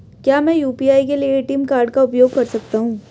क्या मैं यू.पी.आई के लिए ए.टी.एम कार्ड का उपयोग कर सकता हूँ?